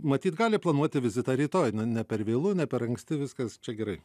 matyt gali planuoti vizitą rytoj ne per vėlu ne per anksti viskas čia gerai